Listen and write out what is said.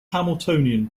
hamiltonian